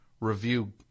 review